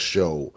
Show